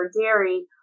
dairy